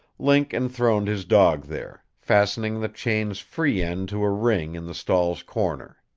link enthroned his dog there, fastening the chain's free end to a ring in the stall's corner.